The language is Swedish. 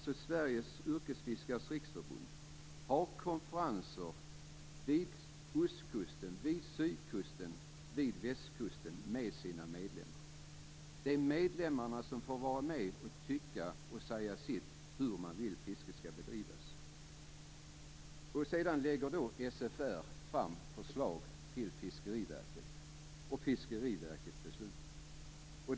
SFR, Sveriges Yrkesfiskares Riksförbund, har konferenser vid ostkusten, sydkusten och västkusten med sina medlemmar. Det är medlemmarna som får vara med och tycka och säga sitt om hur man vill att fisket skall bedrivas. Sedan lägger SFR fram förslag till Fiskeriverket, och Fiskeriverket beslutar.